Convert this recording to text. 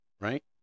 Right